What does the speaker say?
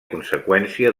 conseqüència